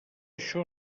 això